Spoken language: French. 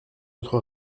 notre